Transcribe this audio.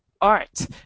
art